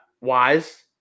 wise